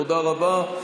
תודה רבה.